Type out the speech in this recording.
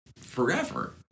forever